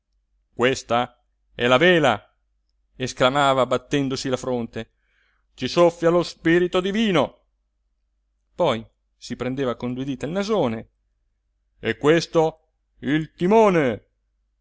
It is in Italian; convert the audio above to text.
questa è la vela esclamava battendosi la fronte ci soffia lo spirito divino poi si prendeva con due dita il nasone e questo il timone